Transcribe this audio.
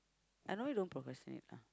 I know you don't purposely